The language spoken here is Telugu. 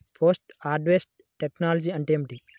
పోస్ట్ హార్వెస్ట్ టెక్నాలజీ అంటే ఏమిటి?